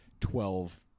twelve